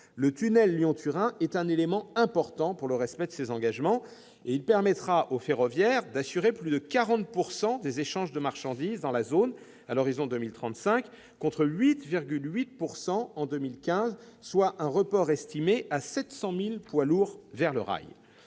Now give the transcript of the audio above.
Le tunnel Lyon-Turin est un élément important pour le respect de ces engagements, car il permettra au ferroviaire d'assurer plus de 40 % des échanges de marchandises dans la zone, à l'horizon 2035, contre 8,8 % en 2015, soit un report estimé à 700 000 poids lourds vers le rail.